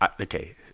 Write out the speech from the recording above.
okay